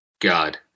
God